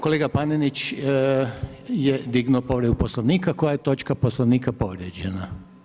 Kolega Panenić je dignuo povredu Poslovnika, koja je točka Poslovnika povrijeđena?